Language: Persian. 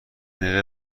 دقیقه